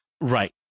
Right